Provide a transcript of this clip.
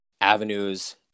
avenues